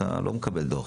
אתה לא מקבל דוח.